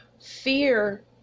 Fear